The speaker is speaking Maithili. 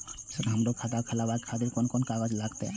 सर हमरो के खाता खोलावे के खातिर कोन कोन कागज लागते?